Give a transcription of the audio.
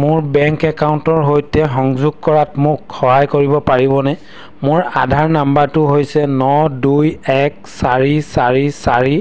মোৰ বেংক একাউণ্টৰ সৈতে সংযোগ কৰাত মোক সহায় কৰিব পাৰিবনে মোৰ আধাৰ নম্বৰটো হৈছে ন দুই এক চাৰি চাৰি চাৰি